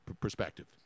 perspective